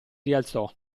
rialzò